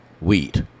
wheat